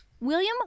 William